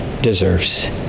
deserves